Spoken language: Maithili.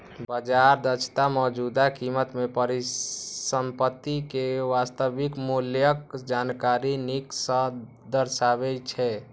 बाजार दक्षता मौजूदा कीमत मे परिसंपत्ति के वास्तविक मूल्यक जानकारी नीक सं दर्शाबै छै